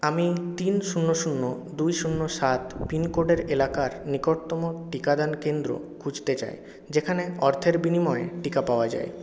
আমি তিন শূন্য শূন্য দুই শূন্য সাত পিনকোডের এলাকার নিকটতম টিকাদান কেন্দ্র খুঁজতে চাই যেখানে অর্থের বিনিময়ে টিকা পাওয়া যায়